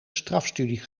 strafstudie